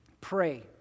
Pray